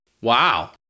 Wow